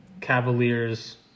Cavaliers